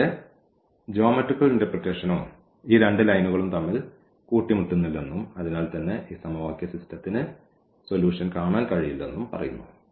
കൂടാതെ ജ്യോമെട്രിക്കൽ ഇന്റെർപ്രെറ്റേഷനും ഈ രണ്ട് ലൈനുകളും തമ്മിൽ കൂട്ടിമുട്ടുന്നില്ലെന്നും അതിനാൽ തന്നെ ഈ സമവാക്യ സിസ്റ്റത്തിന് സൊലൂഷൻ കാണാൻ കഴിയില്ലെന്നും പറയുന്നു